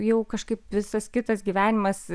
jau kažkaip visas kitas gyvenimas